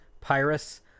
Pyrus